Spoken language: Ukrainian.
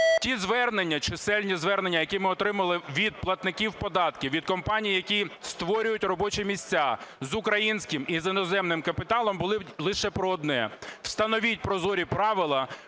ті звернення, чисельні звернення, які ми отримали від платників податків, від компаній, які створюють робочі місця з українським і з іноземним капіталом, були лише про одне: встановіть прозорі правила,